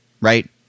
right